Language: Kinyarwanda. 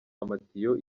amatiyo